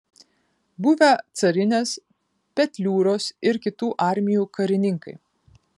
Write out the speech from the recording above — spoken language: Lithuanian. buvę carinės petliūros ir kitų armijų karininkai